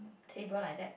table like that